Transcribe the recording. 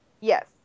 Yes